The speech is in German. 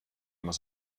immer